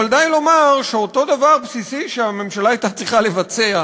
אבל די לומר שאותו דבר בסיסי שהממשלה הייתה צריכה לבצע,